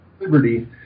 Liberty